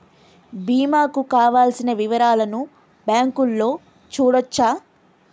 బీమా కు కావలసిన వివరాలను బ్యాంకులో చూడొచ్చా?